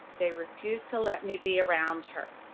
they refuse to let me be around her.